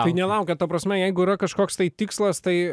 tai nelaukia ta prasme jeigu yra kažkoks tai tikslas tai